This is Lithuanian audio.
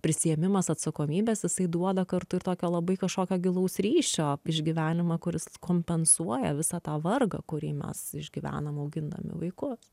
prisiėmimas atsakomybės jisai duoda kartu ir tokio labai kažkokio gilaus ryšio išgyvenimą kuris kompensuoja visą tą vargą kurį mes išgyvenam augindami vaikus